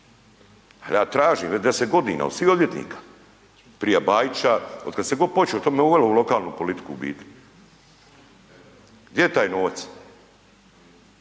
ja tražim već 10.g. od svih odvjetnika, prije Bajića, otkad god se počelo, to me uvelo u lokalnu politiku u biti. Gdje je taj novac?